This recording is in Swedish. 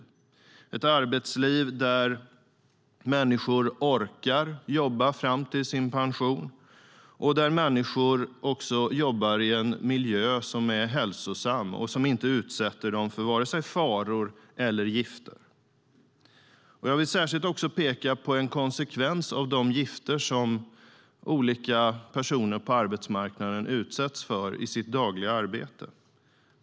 Det är ett arbetsliv där människor orkar jobba fram till sin pension och där människor jobbar i en miljö som är hälsosam och inte utsätter dem för vare sig faror eller gifter. Jag vill särskilt peka på en konsekvens av de gifter som olika personer på arbetsmarknaden utsätts för i sitt dagliga arbete.